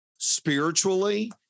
Spiritually